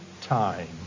time